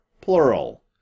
Plural